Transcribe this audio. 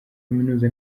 kaminuza